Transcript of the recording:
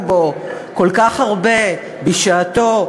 שדנו בו כל כך הרבה בשעתו,